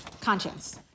conscience